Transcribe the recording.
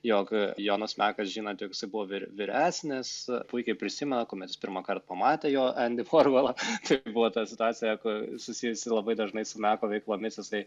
jog jonas mekas žinant jog jisai buvo vyr vyresnis puikiai prisimena kuomet jis pirmąkart pamatė jo endį vorholą čia kai buvo ta situacija ku susijusi labai dažnai su meko veiklomis jisai